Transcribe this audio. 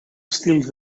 estils